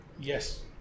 Yes